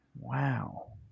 wow